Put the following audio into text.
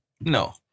No